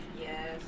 Yes